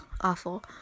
Awful